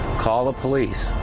call the police.